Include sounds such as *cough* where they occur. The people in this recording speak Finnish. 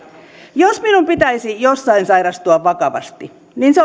jos minun pitäisi jossain sairastua vakavasti niin se *unintelligible*